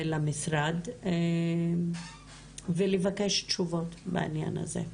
למשרד ולבקש תשובות בעניין הזה,